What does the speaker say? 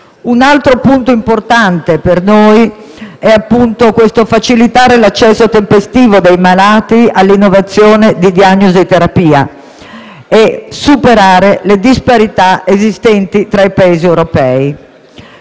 Un altro punto importante per noi è facilitare l'accesso tempestivo dei malati all'innovazione di diagnosi e terapia, superando le disparità esistenti tra i Paesi europei.